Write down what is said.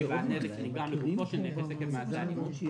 בעד נזק שנגרם לגופו של נכס עקב מעשה אלימות,